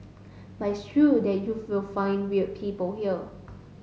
but it's true that you will find weird people here